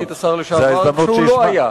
בירכתי את השר לשעבר כשהוא לא היה,